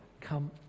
come